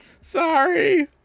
Sorry